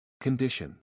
Condition